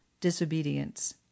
disobedience